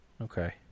Okay